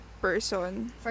person